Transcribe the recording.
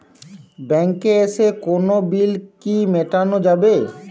ব্যাংকে এসে কোনো বিল কি মেটানো যাবে?